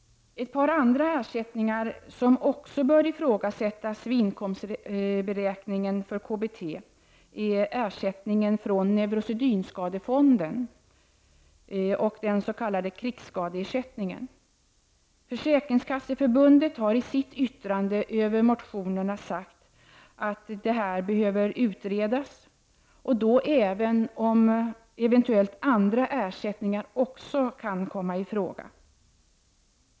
Ett par andra ersättningar som också bör ifrågasättas vid inkomstberäkningen för KBT är ersättningen från neurosedynskadefonden och den s.k. krigsskadeersättningen. Försäkringskasseförbundet har i sitt yttrande över motionerna uttalat att detta bör utredas liksom även huruvida andra ersättningar också kan komma i fråga.